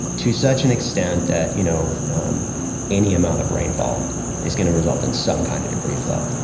to such an extent that you know um any amount of rainfall is going to result in some kind of debris flow.